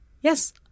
yes